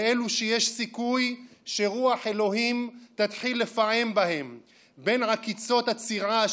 לאלו שיש סיכוי שרוח אלוהים תתחיל לפעם בהם בין עקיצות הצרעה